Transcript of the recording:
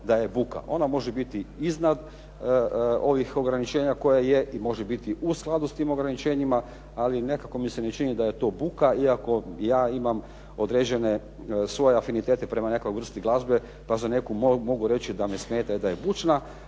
Ona može biti iznad ovih ograničenja koja je i može biti u skladu s tim ograničenjima ali nekako mi se ne čini da je to buke iako ja imam određene svoje afinitete prema nekoj vrsti glazbe, pa za neku mogu reći da me smeta i da je bučna,